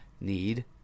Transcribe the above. need